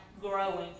growing